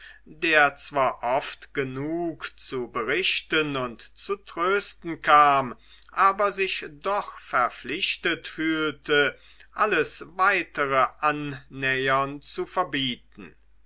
der zwar oft genug zu berichten und zu trösten kam aber sich doch verpflichtet fühlte alles weitere annähern zu verbieten